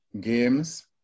games